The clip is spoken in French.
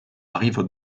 rive